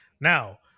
now